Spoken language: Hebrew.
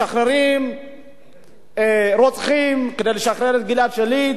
משחררים רוצחים כדי לשחרר את גלעד שליט.